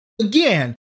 again